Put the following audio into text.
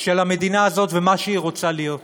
של המדינה הזאת ומה שהיא רוצה להיות.